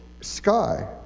sky